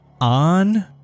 on